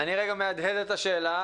אני רגע מהדהד את השאלה.